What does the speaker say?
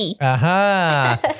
Aha